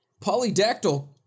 polydactyl